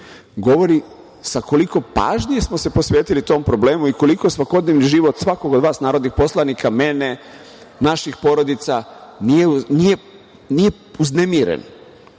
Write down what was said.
govori sa koliko pažnje smo se posvetili tom problemu i koliko svakodnevni život svakog od vas narodnih poslanika, mene, naših porodica nije uznemiren.